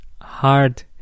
hard